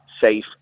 safe